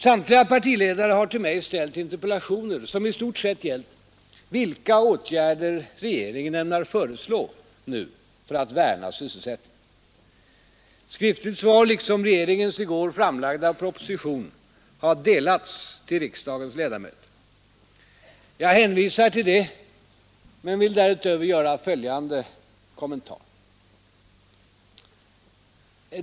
Samtliga partiledare har till mig ställt interpellationer som i stort sett gällt vilka åtgärder regeringen nu ämnar föreslå för att värna sysselsättningen. Ett skriftligt svar liksom regeringens i går framlagda proposition har utdelats till riksdagens ledamöter. Jag hänvisar härtill men vill därutöver göra följande kommentar.